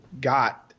got